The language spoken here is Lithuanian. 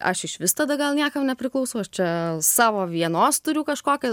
aš išvis tada gal niekam nepriklausau aš čia savo vienos turiu kažkokią